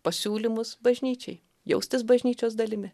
pasiūlymus bažnyčiai jaustis bažnyčios dalimi